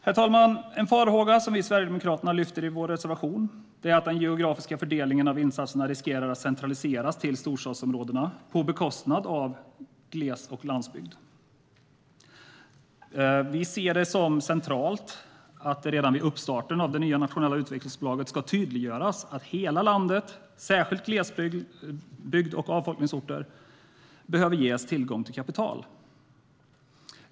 Herr talman! En farhåga vi i Sverigedemokraterna tar upp i vår reservation är att den geografiska fördelningen av insatserna riskerar att centraliseras till storstadsområdena, på bekostnad av gles och landsbygd. Vi ser det som centralt att det redan vid starten av det nya nationella utvecklingsbolaget ska tydliggöras att hela landet, särskilt glesbygd och avfolkningsorter, behöver ges tillgång till kapital.